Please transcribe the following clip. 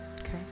Okay